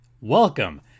Welcome